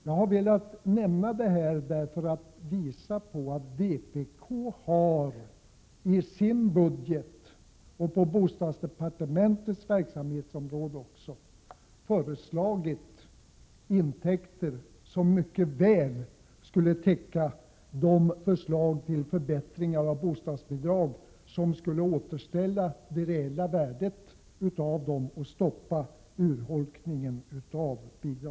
Jag har velat nämna detta för att visa på att vpk i sin budget, på bostadsdepartementets verksamhetsområde, har föreslagit intäkter som mycket väl skulle täcka de föreslagna förbättringarna av bostadsbidragen. Dessa förslag skulle återställa det reella värdet av bostadsbidragen och stoppa urholkningen av dem.